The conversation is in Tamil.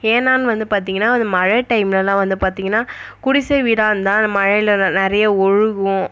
ஏனான்னு வந்து பார்த்தீங்கன்னா அது மழை டைம்லலாம் வந்து பார்த்தீங்கன்னா குடிசை வீடாக இருந்தால் அந்த மழையில் நெ நிறைய ஒழுகும்